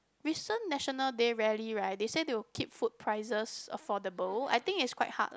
recent National Day rally right they say they will keep food prices affordable I think it's quite hard ah